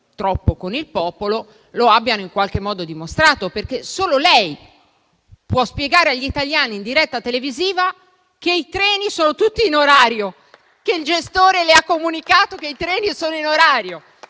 troppo con il popolo, lo hanno in qualche modo dimostrato. Solo lei può spiegare agli italiani in diretta televisiva che i treni sono tutti in orario, che il gestore le ha comunicato che i treni sono in orario.